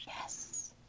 yes